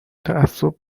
تعصب